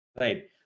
right